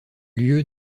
lieu